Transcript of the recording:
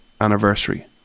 anniversary